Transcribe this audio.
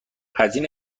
هزینه